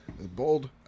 bold